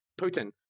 putin